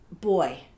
boy